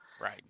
Right